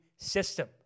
system